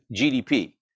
gdp